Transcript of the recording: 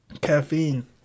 Caffeine